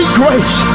grace